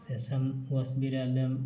sesame ꯑꯣꯁꯃꯤꯔ ꯑꯂꯝ